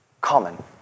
common